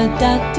that